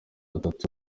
atatu